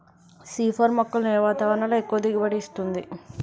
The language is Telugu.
సి ఫోర్ మొక్కలను ఏ వాతావరణంలో ఎక్కువ దిగుబడి ఇస్తుంది?